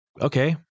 okay